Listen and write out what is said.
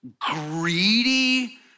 greedy